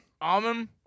Almond